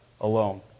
alone